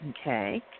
Okay